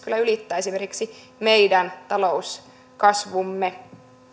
kyllä ylittää esimerkiksi meidän talouskasvumme